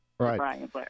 Right